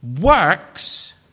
works